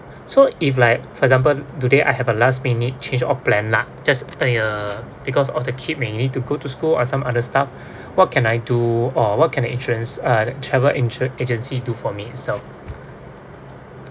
so if like for example today I have a last minute change of plan lah just uh because of the kid may need to go to school or some other stuff what can I do or what can a insurance uh travel insur~ agency do for me itself